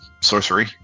Sorcery